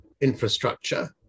infrastructure